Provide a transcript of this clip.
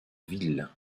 ville